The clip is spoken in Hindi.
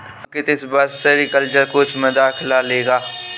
अंकित इस वर्ष सेरीकल्चर कोर्स में दाखिला लेगा